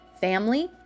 family